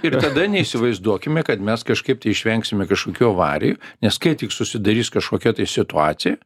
ir tada neįsivaizduokime kad mes kažkaip tai išvengsime kažkokių avarijų nes kai tik susidarys kažkokia tai situacija